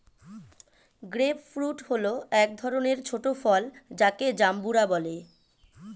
grape fruit হল এক ধরনের ছোট ফল যাকে জাম্বুরা বলে